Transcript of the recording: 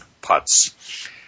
putts